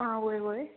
आ हय हय